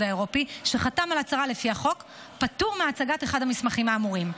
האירופי שחתם על הצהרה לפי החוק פטור מהצגת אחד מהמסמכים האמורים.